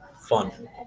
fun